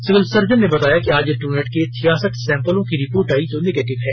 civil surgeon ने बताया कि आज ट्रू नेट के छियासठ सैम्पलों की रिपोर्ट आयी जो नेगेटिव है